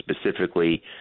specifically